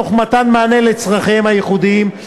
תוך מתן מענה לצורכיהם הייחודיים.